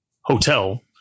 hotel